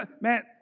Man